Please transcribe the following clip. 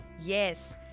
Yes